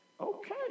Okay